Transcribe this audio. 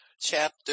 chapter